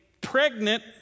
pregnant